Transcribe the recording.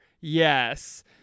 Yes